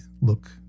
look